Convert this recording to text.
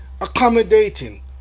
accommodating